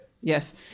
Yes